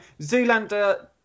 Zoolander